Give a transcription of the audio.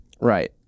right